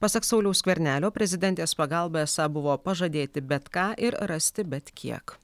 pasak sauliaus skvernelio prezidentės pagalba esą buvo pažadėti bet ką ir rasti bet kiek